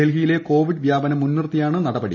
ഡൽഹിയിലെ കോവിഡ് വ്യാപനം മുൻനിർത്തിയാണ് നടപടി